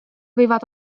võivad